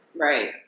right